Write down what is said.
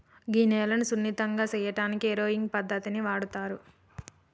గీ నేలను సున్నితంగా సేయటానికి ఏరోయింగ్ పద్దతిని వాడుతారు